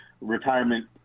retirement